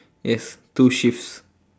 it has two shifts